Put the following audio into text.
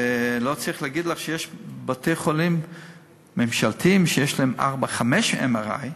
ולא צריך להגיד לך שיש בתי-חולים ממשלתיים שיש להם ארבעה-חמישה MRI,